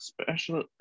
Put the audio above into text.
Special